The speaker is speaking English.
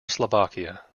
slovakia